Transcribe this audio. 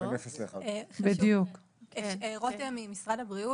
מנהלת תחום מיצוי זכויות באגף השירות במשרד הבריאות.